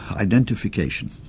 identification